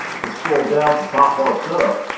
to scroll down to top bar setup,